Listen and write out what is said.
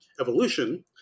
Evolution